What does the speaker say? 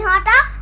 and